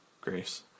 Grace